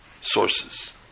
sources